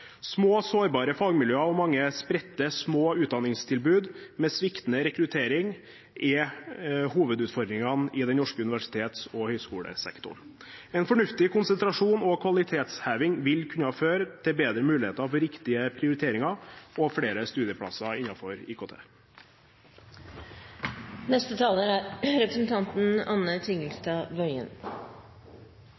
Små, sårbare fagmiljøer og mange spredte, små utdanningstilbud med sviktende rekruttering er hovedutfordringene i den norske universitets- og høyskolesektoren. En fornuftig konsentrasjon og kvalitetsheving vil kunne føre til bedre muligheter for riktige prioriteringer og flere studieplasser innenfor IKT. Det heter seg at vi lever i kunnskapssamfunnet, og at teknologi er